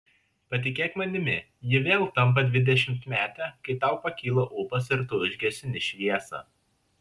patikėk manimi ji vėl tampa dvidešimtmetė kai tau pakyla ūpas ir tu užgesini šviesą